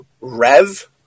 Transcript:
Rev